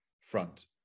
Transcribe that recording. front